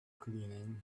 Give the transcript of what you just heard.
cleaning